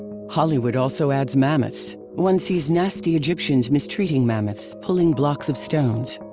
hollywood also adds mammoths. one sees nasty egyptians mistreating mammoths pulling blocks of stones.